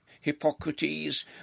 Hippocrates